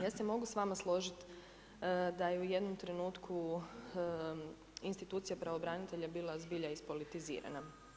Ja se mogu s vama složiti da je u jednom trenutku institucija pravobranitelja bila zbilja ispolitizirana.